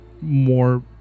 more